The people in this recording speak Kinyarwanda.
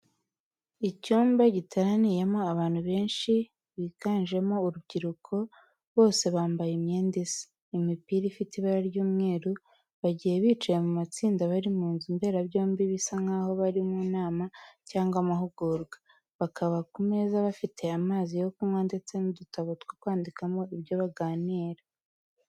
Icyumba giteraniyemo abantu benshi biganjemo urubyiruko bose bambaye imyenda isa, imipira ifite ibara ry'umweru, bagiye bicaye mu matsinda bari mu nzu mberabyombi bisa nkaho bari mu nama cyangwa amahugurwa, bakaba ku meza bafite amazi yo kunywa ndetse n'udutabo two kwandikamo ibyo baganira.